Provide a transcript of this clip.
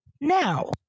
now